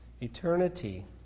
Eternity